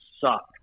suck